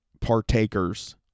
partakers